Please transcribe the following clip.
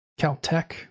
Caltech